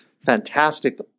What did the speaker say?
fantastic